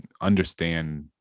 understand